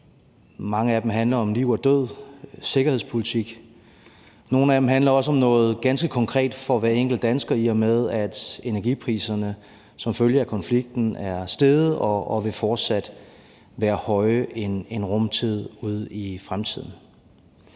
af dem handler om liv og død, sikkerhedspolitik, og nogle af dem handler også om noget ganske konkret for hver enkelt dansker, i og med at energipriserne som følge af konflikten er steget og fortsat vil være høje en rum tid ud i fremtiden.